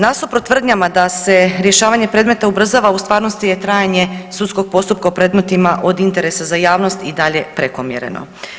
Nasuprot tvrdnjama da se rješavanje predmeta ubrzava u stvarnosti je trajanje sudskog postupka u predmetima od interesa za javnost i dalje prekomjerno.